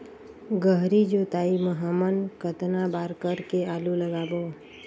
गहरी जोताई हमन कतना बार कर के आलू लगाबो?